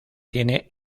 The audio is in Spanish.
tiene